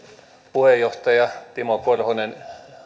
puheenjohtaja timo korhonen